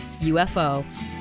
UFO